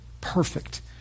perfect